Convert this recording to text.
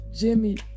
Jimmy